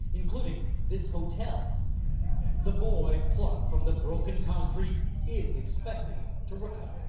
including this hotel the boy plucked from the broken concrete is expected to recover.